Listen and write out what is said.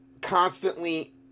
constantly